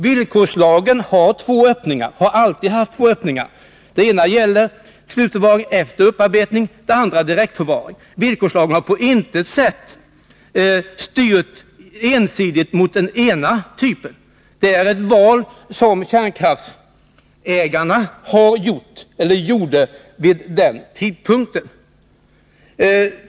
Villkorslagen har två öppningar, och det har den alltid haft. Den ena gäller slutförvaring efter upparbetning, den andra direktförvaring. Villkorslagen har på intet sätt ensidigt styrt mot det ena. Det är ett val som kärnkraftsägarna gjorde vid den aktuella tidpunkten.